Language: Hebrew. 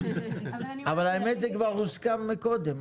אבל האמת היא שזה כבר הוסכם מקודם.